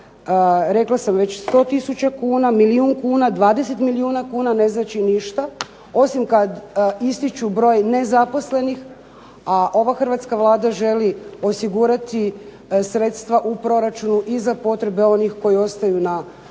rekla sam već 100 tisuća kuna, milijun kuna, 20 milijuna kuna ne znači ništa, osim kad ističu broj nezaposlenih, a ova hrvatska Vlada želi osigurati sredstva u proračunu i za potrebe onih koji ostaju na bez